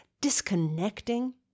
disconnecting